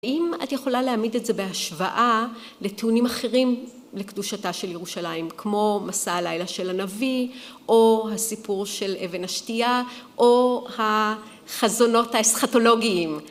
האם את יכולה להעמיד את זה בהשוואה לטיעונים אחרים לקדושתה של ירושלים, כמו מסע הלילה של הנביא, או הסיפור של אבן השתייה, או החזונות האסכטולוגיים?